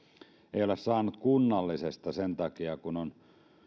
ei ole saanut kunnallisesta tukea sen takia kun on